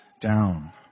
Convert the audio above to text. down